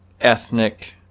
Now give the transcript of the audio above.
ethnic